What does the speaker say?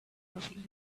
talking